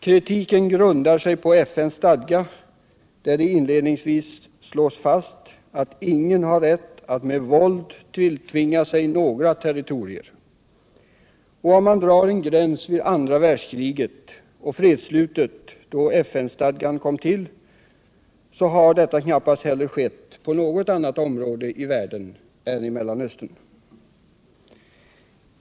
Kritiken grundar sig på FN:s stadga, där det inledningsvis slås fast att ingen har rätt att med våld tilltvinga sig några territorier. Om man drar en gräns vid andra världskriget och fredsslutet, då FN-stadgan kom till, har detta knappast heller skett i något annat område av världen än Mellanöstern.